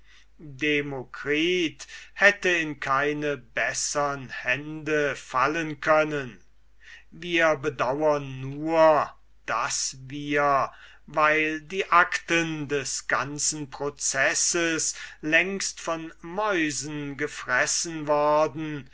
demokritus hätte in keine bessern hände fallen können wir bedauren nur daß wir weil die acten des ganzen processes längst von mäusen gefressen worden